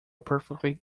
perfectly